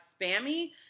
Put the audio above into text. spammy